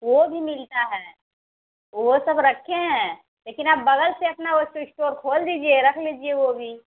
वो भी मिलता है वो सब रखे हैं लेकिन आप बगल से अपना स्टोर खोल दीजिए रख लीजिए वो भी